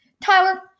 Tyler